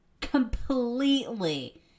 completely